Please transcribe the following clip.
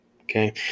Okay